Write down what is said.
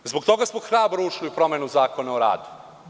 Zbog toga smo hrabro ušli u promenu Zakona o radu.